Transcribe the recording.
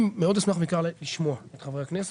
ואני מאוד אשמח לשמוע את חברי הכנסת.